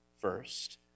first